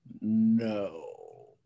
No